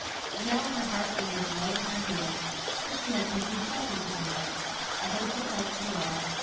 but now her heart was as light as her heels for she had something pleasant to think of a hope of help for laura,